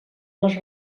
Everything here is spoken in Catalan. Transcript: les